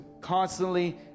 constantly